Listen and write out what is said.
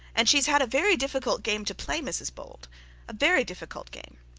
and she has had a very difficult game to play, mrs bold a very difficult game.